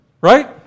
Right